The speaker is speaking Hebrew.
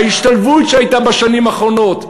ההשתלבות שהייתה בשנים האחרונות,